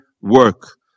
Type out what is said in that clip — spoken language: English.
work